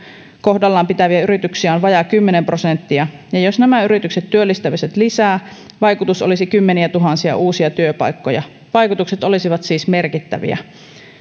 kohdallaan pitäviä yrityksiä on vajaa kymmenen prosenttia ja jos nämä yritykset työllistäisivät lisää vaikutus olisi kymmeniätuhansia uusia työpaikkoja vaikutukset olisivat siis merkittäviä